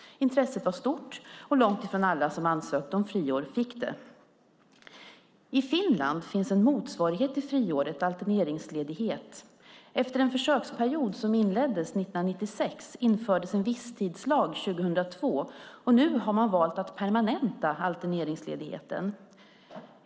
Intresset var stort, och långt ifrån alla som ansökte om friår fick det. I Finland finns en motsvarighet till friåret, nämligen alterneringsledighet. Efter en försöksperiod som inleddes 1996 infördes en visstidslag 2002. Nu har man valt att permanenta alterneringsledigheten.